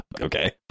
Okay